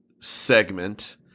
segment